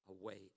away